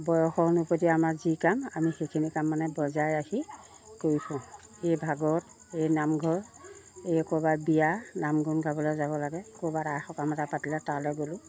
বয়সৰ অনুপতি আমাৰ যি কাম আমি সেইখিনি কাম মানে বজাই ৰাখি কৰি ফুৰোঁ এই ভাগৱত এই নামঘৰ এই ক'ৰবাৰ বিয়া নাম গুণ গাবলৈ যাব লাগে ক'ৰবাত আই সকাম এটা পাতিলে তালৈ গ'লোঁ